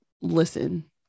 listen